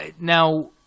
Now